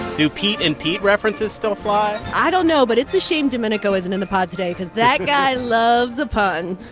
do pete and pete references still fly? i don't know, but it's a shame domenico isn't on and the pod today because that guy loves a pun